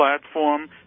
platform